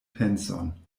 penson